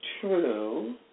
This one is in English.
true